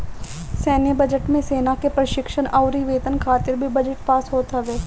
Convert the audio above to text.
सैन्य बजट मे सेना के प्रशिक्षण अउरी वेतन खातिर भी बजट पास होत हवे